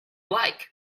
like